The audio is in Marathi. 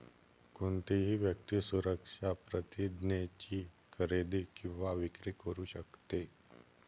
कोणतीही व्यक्ती सुरक्षा प्रतिज्ञेची खरेदी किंवा विक्री करू शकते